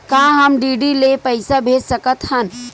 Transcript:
का हम डी.डी ले पईसा भेज सकत हन?